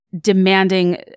demanding